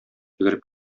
йөгереп